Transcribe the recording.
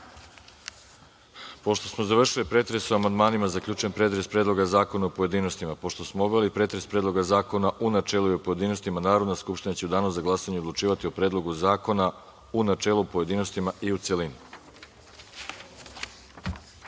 smo završili pretres po amandmanima, zaključujem pretres Predloga zakona u pojedinostima. Pošto smo obavili pretres Predloga zakona u načelu i u pojedinostima, Narodna skupština će u Danu za glasanje odlučivati o Predlogu zakona u načelu, u pojedinostima i u